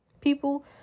people